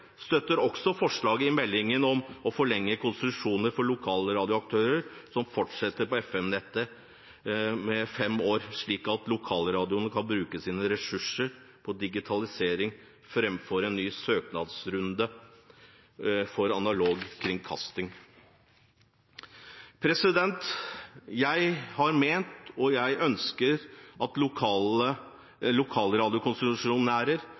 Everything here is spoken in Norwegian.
støtter også forslaget i meldingen om å forlenge konsesjonene for lokalradioaktørene som fortsetter på FM-nettet, med fem år, slik at lokalradioene kan bruke sine ressurser på digitalisering framfor på en ny søknadsrunde for analog kringkasting. Jeg har ment – og jeg ønsker – at